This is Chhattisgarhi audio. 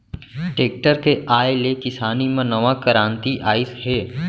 टेक्टर के आए ले किसानी म नवा करांति आइस हे